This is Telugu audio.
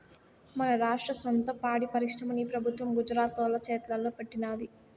మన రాష్ట్ర సొంత పాడి పరిశ్రమని ఈ పెబుత్వం గుజరాతోల్ల చేతల్లో పెట్టినాది